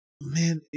man